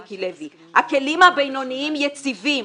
מיקי לוי שאומר שהכלים הבינוניים יציבים,